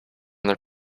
their